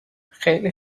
خیلی